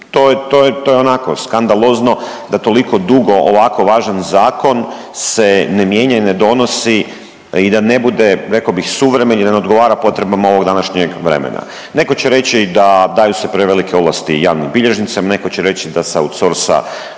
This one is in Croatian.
to je onako skandalozno da toliko dugo ovako važan zakon se ne mijenja i ne donosi i da ne bude rekao bih suvremen i da ne odgovara potrebama ovog današnjeg vremena. Netko će reći da daju se prevelike ovlasti javnim bilježnicima, netko će reći da se outsorsa